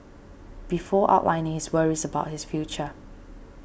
before outlining his worries about his future